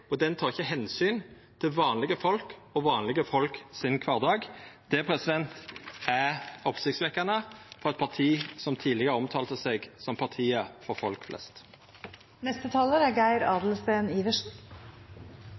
Men den argumentasjonen me får i dag, er ikkje truverdig og tek ikkje omsyn til vanlege folk og deira kvardag. Det er oppsiktsvekkjande frå eit parti som tidlegare omtala seg sjølv som partiet for folk